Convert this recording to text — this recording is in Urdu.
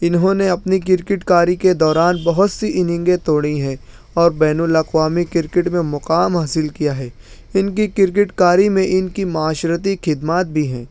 انہوں نے اپنی کرکٹ کاری کے دوران بہت سی اننگیں توڑی ہیں اور بین الاقوامی کرکٹ میں مقام حاصل کیا ہے ان کی کرکٹ کاری میں ان کی معاشرتی خدمات بھی ہیں